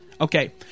Okay